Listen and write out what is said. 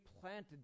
planted